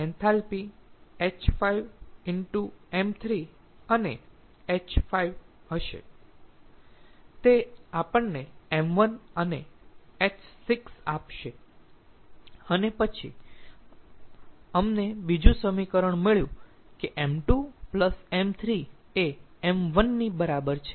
તેની enthalpy h5 ṁ3 અને h5 હશે તે આપણને ̇ ṁ1 અને h6 આપશે અને પછી અમને બીજું સમીકરણ મળ્યું કે ṁ2 ṁ3 એ ṁ1ની બરાબર છે